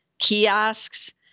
Kiosks